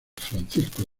francisco